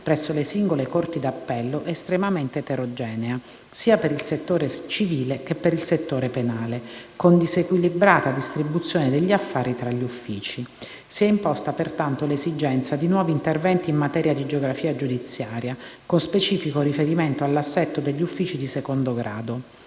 presso le singole corti di appello è estremamente eterogenea sia per il settore civile, che per il settore penale, con disequilibrata distribuzione degli affari tra gli uffici. Si è imposta, pertanto, l'esigenza di nuovi interventi in materia di geografia giudiziaria, con specifico riferimento all'assetto degli uffici di secondo grado.